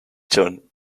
john